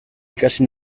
ikasi